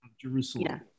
Jerusalem